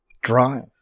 drive